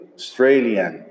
Australian